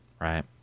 Right